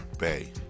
Bay